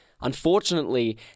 Unfortunately